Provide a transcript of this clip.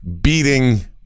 beating